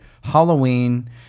Halloween